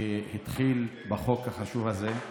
שהתחיל בחוק החשוב הזה.